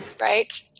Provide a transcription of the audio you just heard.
Right